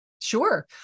Sure